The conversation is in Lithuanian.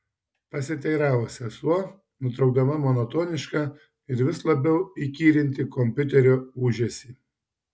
pasiteiravo sesuo nutraukdama monotonišką ir vis labiau įkyrintį kompiuterio ūžesį